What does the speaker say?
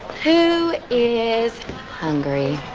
who is hungry.